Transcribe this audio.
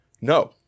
No